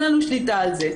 קודם כל אין לנו שליטה על זה,